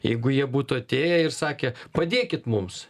jeigu jie būtų atėję ir sakė padėkit mums